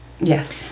yes